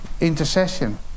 intercession